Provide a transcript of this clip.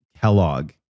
Kellogg